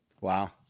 Wow